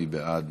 מי בעד?